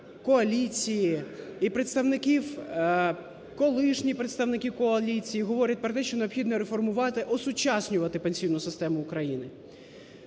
коаліції, і колишніх представників коаліції говорять про те, що необхідно реформувати, осучаснювати пенсійну систему України.